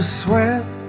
sweat